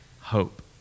hope